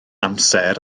amser